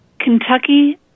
Kentucky